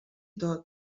tot